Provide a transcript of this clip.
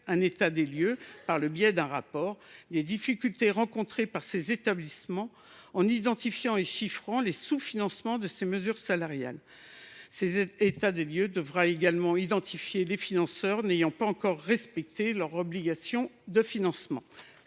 un état des lieux, par le biais d’un rapport, des difficultés rencontrées par ces établissements, en chiffrant les sous financements de ces mesures salariales. Cet état des lieux devra également identifier les financeurs n’ayant pas encore respecté leurs obligations. Cet amendement